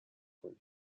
کنیم